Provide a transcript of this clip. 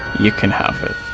you can have it.